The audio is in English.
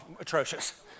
atrocious